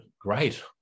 Great